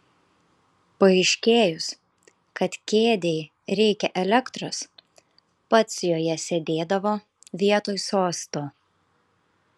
paaiškėjus kad kėdei reikia elektros pats joje sėdėdavo vietoj sosto